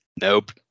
nope